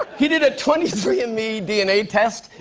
he did a twenty three and me dna test,